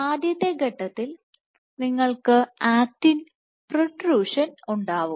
ആദ്യത്തെ ഘട്ടത്തിൽ നിങ്ങൾക്ക് ആക്റ്റിൻ പ്രോട്രൂഷൻ ഉണ്ടാവും